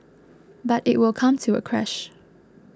but it will come to a crash